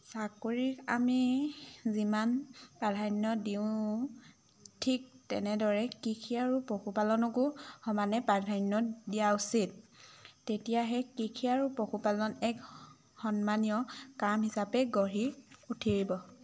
চাকৰিক আমি যিমান প্ৰাধান্য দিওঁ ঠিক তেনেদৰে কৃষি আৰু পশুপালনকো সমানে প্ৰাধান্য দিয়া উচিত তেতিয়াহে কৃষি আৰু পশুপালন এক সন্মানীয় কাম হিচাপে গঢ়ি উঠিব